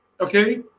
Okay